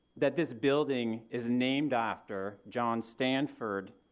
that this building is named after, john stanford,